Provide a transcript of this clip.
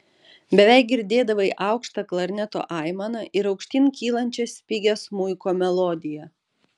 beveik girdėdavai aukštą klarneto aimaną ir aukštyn kylančią spigią smuiko melodiją